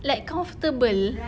like comfortable